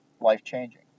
life-changing